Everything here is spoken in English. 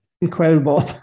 incredible